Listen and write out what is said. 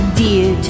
dear